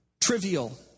trivial